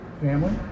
Family